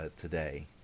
today